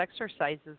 exercises